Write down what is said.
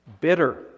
bitter